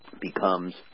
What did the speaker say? becomes